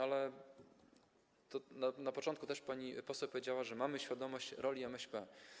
Ale na początku też pani poseł powiedziała, że mamy świadomość roli MŚP.